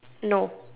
no